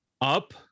Up